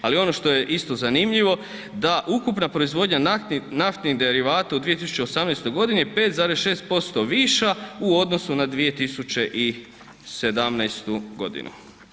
Ali ono što je isto zanimljivo da ukupna proizvodnja naftnih derivata u 2018. godini je 5,6% viša u odnosu na 2017. godinu.